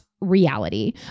Reality